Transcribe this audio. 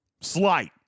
Slight